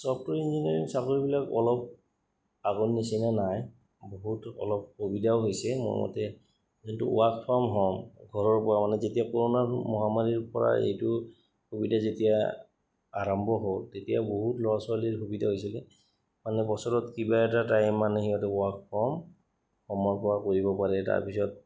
software engineering চাকৰিবিলাক অলপ আগৰ নিচিনা নাই বহুত অলপ সুবিধাও হৈছে মোৰ মতে যিটো ৱৰ্ক ফ্ৰম হ'ম ঘৰৰ পৰা মানে যেতিয়া কৰ'ণা মহামাৰীৰ পৰা এইটো সুবিধা যেতিয়া আৰম্ভ হ'ল তেতিয়া বহুত ল'ৰা ছোৱালীৰ সুবিধা হৈছিলে মানে বছৰত কিবা এটা টাইম মানে সিহঁতে ৱৰ্ক ফ্ৰম ঘৰৰ পৰা কৰিব পাৰে তাৰপিছত